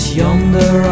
yonder